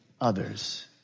others